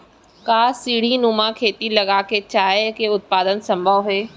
का सीढ़ीनुमा खेती लगा के चाय के उत्पादन सम्भव हे?